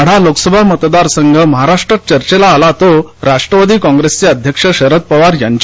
माढा लोकसभा मतदार संघ महाराष्ट्रात चर्चेला आला तो राष्ट्रवादी काँग्रेसचे अध्यक्ष शरद पवार यांच्यामुळे